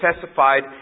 testified